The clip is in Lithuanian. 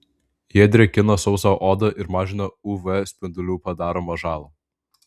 jie drėkina sausą odą ir mažina uv spindulių padaromą žalą